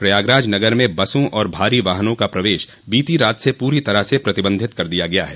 प्रयागराज नगर में बसों और भारी वाहनों का प्रवेश बीती रात से पूरी तरह से प्रतिबन्धित कर दिया गया है